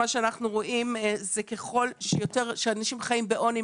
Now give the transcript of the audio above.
מה שאנחנו רואים זה ככל שאנשים חיים בעוני,